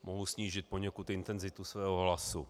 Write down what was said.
Mohu snížit poněkud intenzitu svého hlasu.